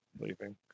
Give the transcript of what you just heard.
leaving